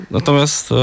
Natomiast